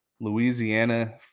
Louisiana